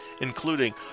including